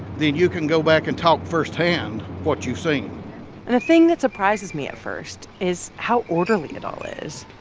then you can go back and talk firsthand what you've seen and the thing that surprises me at first is how orderly it all is.